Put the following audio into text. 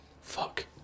fuck